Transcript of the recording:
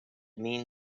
mean